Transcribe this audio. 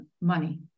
money